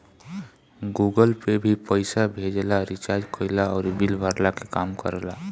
Google pay भी पईसा भेजला, रिचार्ज कईला अउरी बिल भरला के काम करेला